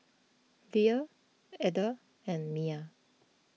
Lea Ada and Mya